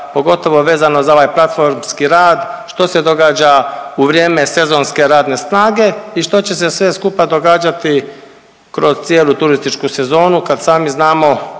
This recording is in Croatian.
pogotovo vezano za ovaj platformski rad, što se događa u vrijeme sezonske radne snage i što će se sve skupa događati kroz cijelu turističku sezonu kad sami znamo